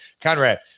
Conrad